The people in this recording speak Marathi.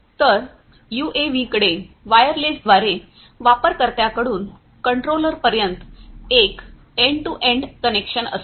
तर यूएव्हीकडे वायरलेसद्वारे वापरकर्त्याकडून कंट्रोलरपर्यंत एक एन्ड टू एन्ड कनेक्शन असते